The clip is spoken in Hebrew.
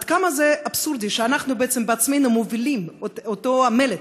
כמה זה אבסורדי שאנחנו בעצמנו מובילים את אותו מלט